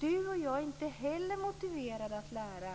Du och jag är inte heller motiverade att lära allt.